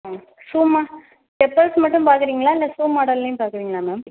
ஆ செப்பல்ஸ் மட்டும் பார்க்கறிங்களா இல்லை ஷூ மாடல்லேயும் பார்க்கறிங்களா மேம்